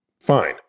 fine